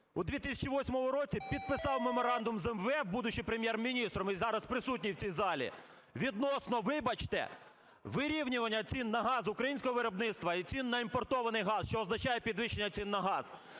у 2008 році підписав меморандум з МВФ, будучи Прем'єр-міністром, він зараз присутній у цій залі, відносно, вибачте, вирівнювання цін на газ українського виробництва і цін на імпортований газ, що означає підвищення цін на газ.